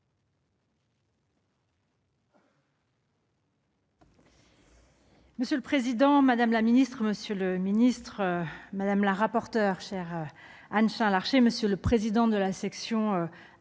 Monsieur le président, madame, monsieur les ministres, madame la rapporteure, chère Anne Chain-Larché, monsieur le président de la section